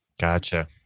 Gotcha